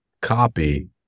copy